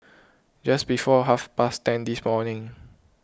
just before half past ten this morning